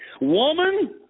Woman